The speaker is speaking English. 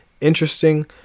interesting